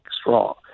strong